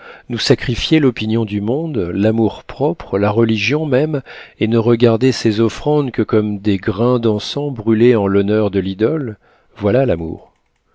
nous sacrifier l'opinion du monde l'amour-propre la religion même et ne regarder ces offrandes que comme des grains d'encens brûlés en l'honneur de l'idole voilà l'amour